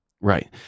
Right